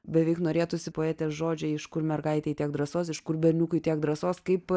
beveik norėtųsi poetės žodžiai iš kur mergaitei tiek drąsos iš kur berniukui tiek drąsos kaip